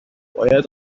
باید